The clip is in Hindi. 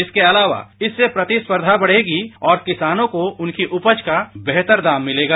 इसके अलावा इससे प्रतिस्पर्धा बढेगी और किसानों को उनकी उपज का बेहतर दाम मिलेगा